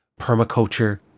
permaculture